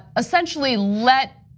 essentially let